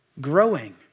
growing